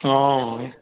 অঁ